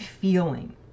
feeling